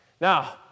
Now